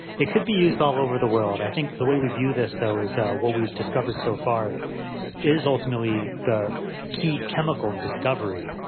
it could be used all over the world. i think the way we view this though is what we've discovered so far is ultimately the key chemical discovery,